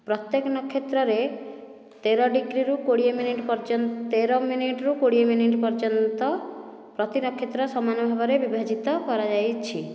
ପ୍ରତ୍ୟେକ ନକ୍ଷେତ୍ରରେ ତେର ଡିଗ୍ରୀରୁ କୋଡ଼ିଏ ମିନିଟ୍ ପର୍ଯ୍ୟନ୍ତ ତେର ମିନିଟରୁ କୋଡ଼ିଏ ମିନିଟ୍ ପର୍ଯ୍ୟନ୍ତ ପ୍ରତି ନକ୍ଷେତ୍ର ସମାନ ଭାଗରେ ବିଭାଜିତ କରାଯାଇଛି